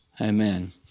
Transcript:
Amen